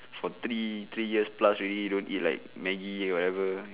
for three three years plus already don't eat like Maggi whatever